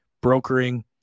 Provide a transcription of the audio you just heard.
brokering